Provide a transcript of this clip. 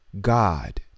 God